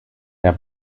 der